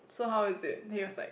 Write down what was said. so how is it he was like